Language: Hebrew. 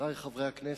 חברי חברי הכנסת,